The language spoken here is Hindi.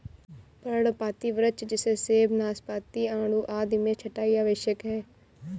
पर्णपाती वृक्ष जैसे सेब, नाशपाती, आड़ू आदि में छंटाई आवश्यक है